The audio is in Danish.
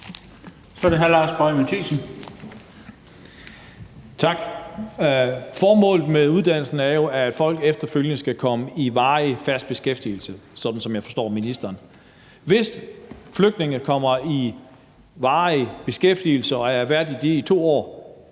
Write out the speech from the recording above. forstår ministeren, at folk efterfølgende skal komme i varig, fast beskæftigelse. Hvis flygtninge kommer i varig beskæftigelse og er det i to år,